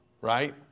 right